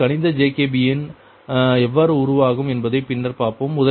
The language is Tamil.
முதலில் கணித ஜேகோபியன் எவ்வாறு உருவாகும் என்பதை பின்னர் பார்ப்போம்